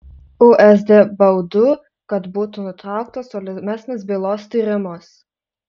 usd baudų kad būtų nutrauktas tolimesnis bylos tyrimas